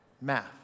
math